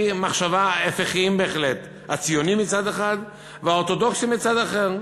מחשבה הפוכים בהחלט: הציונים מצד אחד והאורתודוקסים מצד אחר.